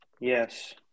Yes